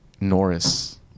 Norris